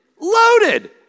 loaded